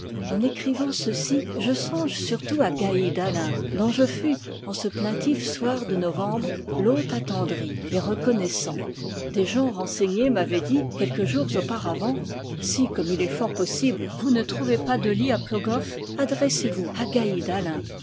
en écrivant ceci je songe surtout à gaïd alain dont je fus en ce plaintif soir de novembre l'hôte attendri et reconnais sant des gens renseignés m'avaient dit quelques jours aupa ravant si comme il est fort possible vous ne trouvez pas de lit à plogoff adressez-vous à gaïd alain